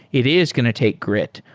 it is going to take gr it,